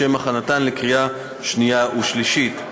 לשם הכנתן לקריאה שנייה ושלישית.